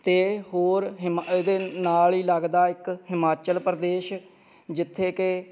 ਅਤੇ ਹੋਰ ਹਿਮਾ ਇਹਦੇ ਨਾਲ ਹੀ ਲੱਗਦਾ ਇੱਕ ਹਿਮਾਚਲ ਪ੍ਰਦੇਸ਼ ਜਿੱਥੇ ਕਿ